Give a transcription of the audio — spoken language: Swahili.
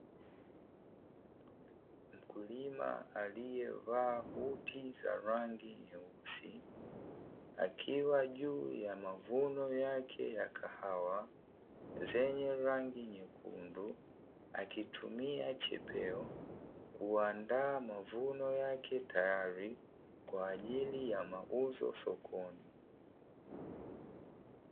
Mkulima aliyavaa buti za rangi nyeusi, akiwa juu ya mavuno yake ya kahawa zenye rangi nyekundu, akitumia chepeo kuandaa mavuno yake tayari kwa ajili ya mauzo sokoni.